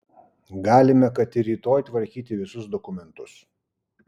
galime kad ir rytoj tvarkyti visus dokumentus